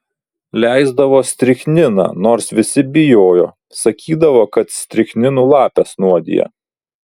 leisdavo strichniną nors visi bijojo sakydavo kad strichninu lapes nuodija